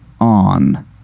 on